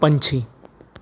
ਪੰਛੀ